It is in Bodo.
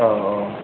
औ औ